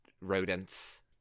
rodents